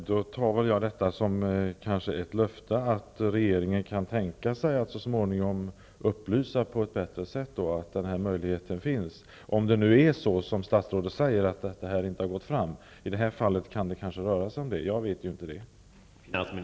Herr talman! Om det nu är så som statsrådet säger att informationen inte har gått fram, tar jag det som ett löfte om att regeringen kan tänka sig att så småningom och på ett bättre sätt upplysa om denna uthyrningsmöjlighet. Jag känner inte till om det rör sig om brist på information i nämnda fall.